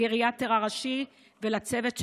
הגריאטר הראשי, ולצוות שלו.